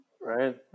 Right